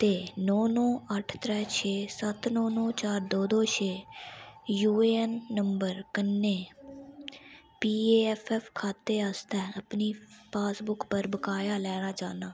ते नौ नौ अठ्ठ त्रै छे सत्त नौ नौ चार दो दो छे यू ऐन्न नंबर कन्नै पी ए एफ एफ खाते आस्तै अपनी पासबुक पर बकाया लैना चाह्न्नां